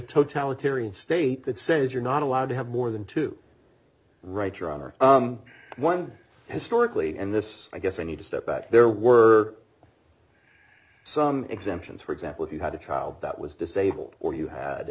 totalitarian state that says you're not allowed to have more than two right your honor one historically and this i guess i need to step out there were some exemptions for example if you had a child that was disabled or you had